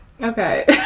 Okay